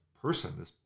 person